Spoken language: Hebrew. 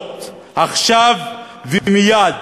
ההבטחות עכשיו ומייד,